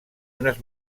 unes